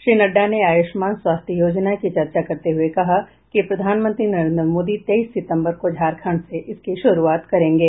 श्री नड्डा ने आयुष्मान स्वास्थ्य योजना की चर्चा करते हुए कहा कि प्रधानमंत्री नरेंद्र मोदी तेईस सितंबर को झारखंड से इसकी शुरुआत करेंगे